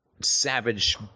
savage